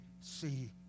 see